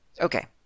Okay